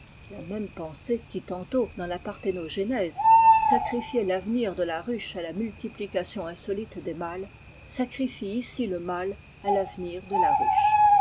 la même pensée qui tantôt dans la parthénogenèse sacrifiait tavenir de la ruche à la multiplication insolite des mâles sacrifie ici le mâle à l'avenir de la ruche